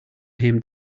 him